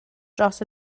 dros